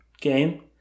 game